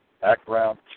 background